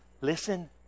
Listen